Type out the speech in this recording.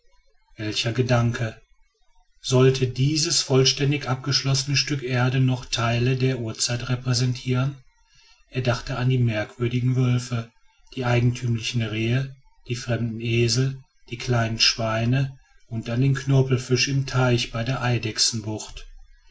welcher gedanke sollte dieses vollständig abgeschlossene stück erde noch teile der urzeit repräsentieren er dachte an die merkwürdigen wölfe die eigentümlichen rehe die fremden esel die kleinen schweine und an den knorpelfisch im teiche bei der